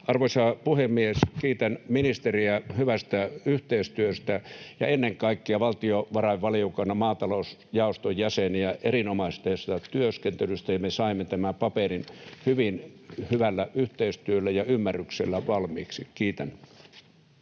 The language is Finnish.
Arvoisa puhemies! Kiitän ministeriä hyvästä yhteistyöstä ja ennen kaikkea valtiovarainvaliokunnan maatalousjaoston jäseniä erinomaisesta työskentelystä. Me saimme tämän paperin hyvällä yhteistyöllä ja ‑ymmärryksellä valmiiksi. — Kiitän.